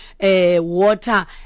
water